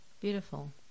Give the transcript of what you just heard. Beautiful